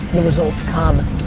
the results come.